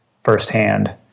firsthand